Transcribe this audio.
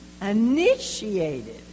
initiated